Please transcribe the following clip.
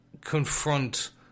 confront